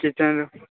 kitchen